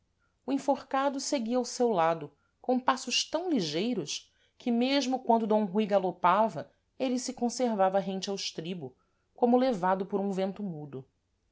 o enforcado seguia ao seu lado com passos tam ligeiros que mesmo quando d rui galopava êle se conservava rente ao estribo como levado por um vento mudo